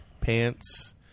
pants